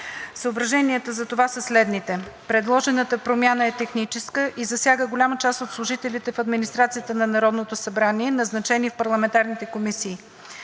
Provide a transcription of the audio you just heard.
Съображенията за това са следните. Предложената промяна е техническа и засяга голяма част от служителите в администрацията на Народното събрание, назначени в парламентарните комисии.